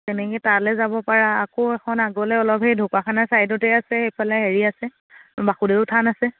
তেনেকৈ তালৈ যাব পাৰা আকৌ এখন আগলৈ অলপ সেই ঢকুৱাখানা ছাইডতে আছে এইফালে হেৰি আছে বাসুদেৱ থান আছে